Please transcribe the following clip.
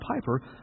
Piper